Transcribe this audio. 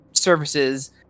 services